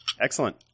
Excellent